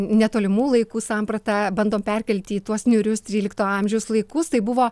netolimų laikų sampratą bandom perkelti į tuos niūrius trylikto amžiaus laikus tai buvo